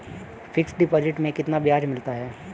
Fix deposit में कितना ब्याज मिलता है?